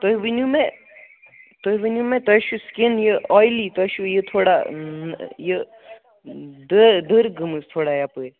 تُہۍ ؤنِو مےٚ تۅہہِ ؤنِو مےٚ تتُہۍ چھُ سِکِن یہِ اوَیلی تۄہہِ چھُ یہِ تھوڑا یہِ دٔ دٕر گٔمٕژ تھوڑا یَپٲرۍ